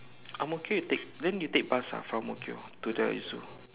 Ang-Mo-Kio you take then you take bus ah from Ang-Mo-Kio to the zoo